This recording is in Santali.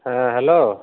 ᱦᱮᱸ ᱦᱮᱞᱳ